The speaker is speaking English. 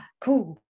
cool